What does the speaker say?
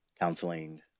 counseling